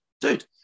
Dude